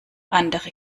andere